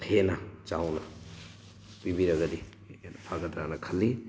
ꯍꯦꯟꯅ ꯆꯥꯎꯅ ꯄꯤꯕꯤꯔꯒꯗꯤ ꯍꯦꯟꯅ ꯐꯒꯗ꯭ꯔꯅ ꯈꯜꯂꯤ